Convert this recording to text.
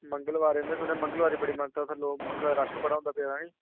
मंगलवारें में सुनेआ मंगलवारें बड़ी मानता उत्थै लोक मंगलवारें रश बड़ा होंदा पेदा है नी